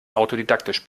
autodidaktisch